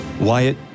Wyatt